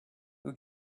who